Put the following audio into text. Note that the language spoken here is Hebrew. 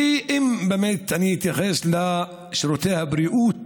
ואם באמת אני אתייחס לשירותי הבריאות